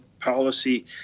policy